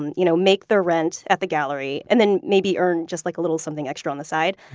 and you know make their rent at the gallery, and then maybe earn just like a little something extra on the side.